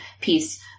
piece